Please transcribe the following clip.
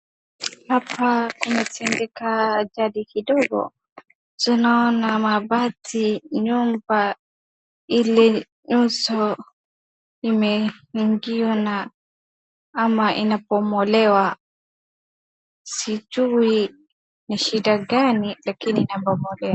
Hapa kumetendeka ajali kidogo. Tunaona mabati, nyumba ile nyuso imeingiwa na ama inabomolewa, sijui ni shida gani lakini inabomolewa.